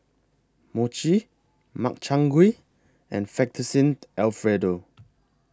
Mochi Makchang Gui and Fettuccine Alfredo